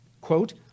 Quote